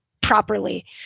properly